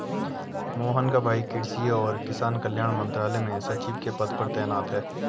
मोहन का भाई कृषि और किसान कल्याण मंत्रालय में सचिव के पद पर तैनात है